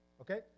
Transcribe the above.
Okay